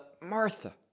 Martha